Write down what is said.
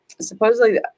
supposedly